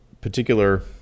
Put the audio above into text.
particular